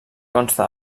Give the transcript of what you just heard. consta